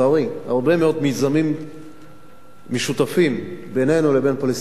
הרבה מאוד מיזמים משותפים בינינו לבין הפלסטינים.